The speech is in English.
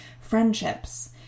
friendships